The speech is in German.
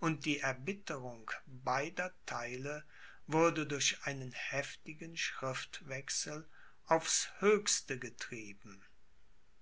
und die erbitterung beider theile wurde durch einen heftigen schriftwechsel aufs höchste getrieben